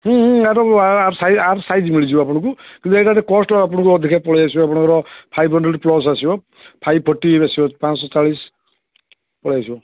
ଆର size ଆର size ମିଳିଯିବ ଆପଣଙ୍କୁ କିନ୍ତୁ ଏଇଟା ଟିକେ କଷ୍ଟ୍ ଆପଣଙ୍କୁ ଅଧିକା ପଳାଇଆସିବ ଆପଣଙ୍କର ଫାଇଭ୍ ହଣ୍ଡ୍ରେଡ଼୍ ପ୍ଲସ୍ ଆସିବ ଫାଇଭ୍ ଫର୍ଟି ଆସିବ ପାଞ୍ଚ ଶହ ଚାଳିଶ ପଳାଇଆସିବ